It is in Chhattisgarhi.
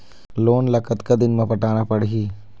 लोन ला कतका दिन मे पटाना पड़ही?